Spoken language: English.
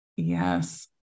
Yes